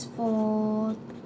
for